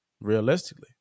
realistically